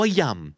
yum